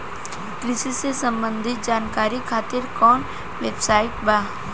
कृषि से संबंधित जानकारी खातिर कवन वेबसाइट बा?